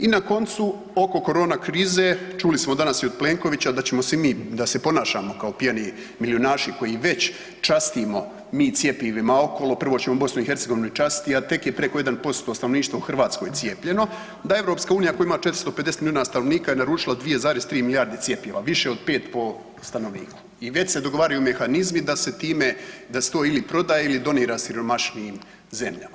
I na koncu oko korona krize, čuli smo danas i od Plenkovića da se ponašamo kao pijani milijunaši koji već častimo mi cjepivima okolo, prvo ćemo BiH častiti, a tek je preko 1% stanovništva u Hrvatskoj cijepljeno, da EU koja ima 450 milijuna stanovnika je naručila 2,3 milijarde cjepiva, više od pet po stanovniku i već se dogovaraju mehanizmi da se time da se to prodaje ili donira siromašnijim zemljama.